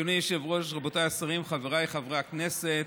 אדוני היושב-ראש, רבותיי השרים, חבריי חברי הכנסת,